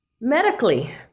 medically